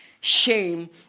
shame